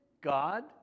god